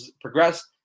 progressed